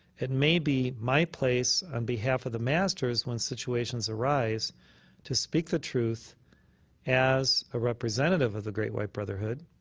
it may be my place, on behalf of the masters, when situations arise to speak the truth as a representative of the great white brotherhood.